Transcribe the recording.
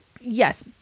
Yes